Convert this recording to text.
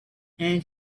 and